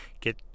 get